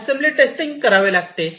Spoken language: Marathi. असेंबली टेस्टिंग करावे लागते